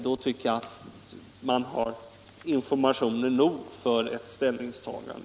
Då tycker jag att man har tillräcklig information för ett ställningstagande.